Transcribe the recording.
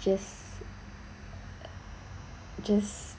just just